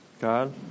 God